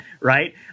right